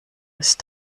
ist